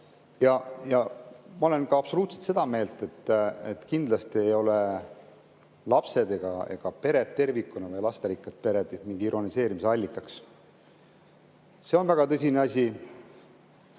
Ja ma olen ka absoluutselt seda meelt, et kindlasti ei ole lapsed ega pered tervikuna, ka meie lasterikkad pered, mingi ironiseerimise allikas. See on väga tõsine asi.